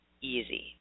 easy